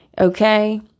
Okay